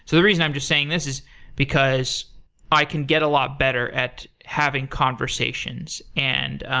so the reason i'm just saying this is because i can get a lot better at having conversations. and